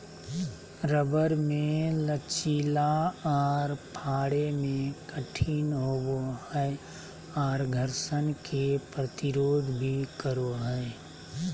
rubber मे लचीला आर फाड़े मे कठिन होवो हय आर घर्षण के प्रतिरोध भी करो हय